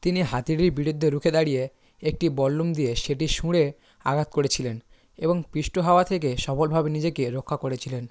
তিনি হাতিটির বিরুদ্ধে রুখে দাঁড়িয়ে একটি বল্লম দিয়ে সেটির শুঁড়ে আঘাত করেছিলেন এবং পিষ্ট হওয়া থেকে সফলভাবে নিজেকে রক্ষা করেছিলেন